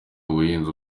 ubuhinzi